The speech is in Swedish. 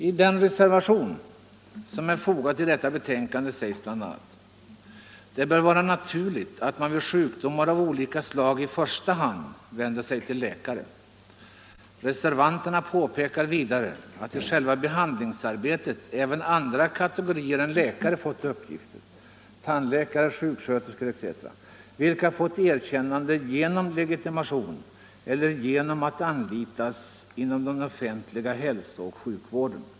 I den reservation som är fogad till socialutskottets betänkande nr 6 sägs bl.a.: ”Det bör —-—-— vara naturligt att man vid sjukdomar av olika slag i första hand vänder sig till läkare.” Vidare påpekar reservanterna att i själva behandlingsarbetet även andra kategorier än läkare erhållit uppgifter — tandläkare, sjuksköterskor etc. — vilka fått erkännande genom legitimation eller genom att anlitas inom den offentliga hälso och sjukvården.